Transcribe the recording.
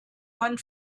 man